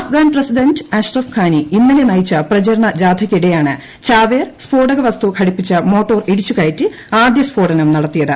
അഫ്ഗാൻ പ്രസിഡന്റ്അഷ്റഫ്ഖാന്റി ഇന്നലെ നയിച്ച പ്രചരണജാഥയ്ക്കിടെയാണ്ചാവോർ സ്ഫോടകവസ്തുഘടിപ്പിച്ച മോട്ടോർഇടിച്ചുകയറ്റിആദൃസ്ഫോടനം നടത്തിയത്